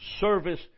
service